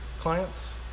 clients